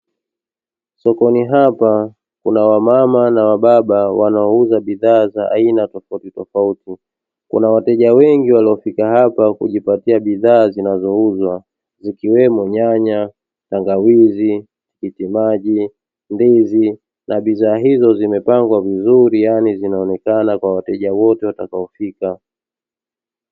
Sokoni hapa kuna wamama na wababa wanaouza bidhaa za aina tofautitofauti. Kuna wateja wengi waliofika hapa kujipatia bidhaa zinazouzwa, zikiwemo nyanya, tangawizi, tikitimaji, ndizi; na bidhaa hizo zimepangwa vizuri yaani zinaonekana kwa wateja wote watakaofika.